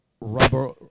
rubber